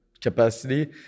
capacity